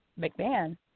McMahon